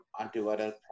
antiviral